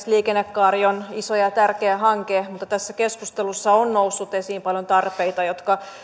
liikennekaari on iso ja ja tärkeä hanke mutta tässä keskustelussa on noussut esiin paljon tarpeita jotka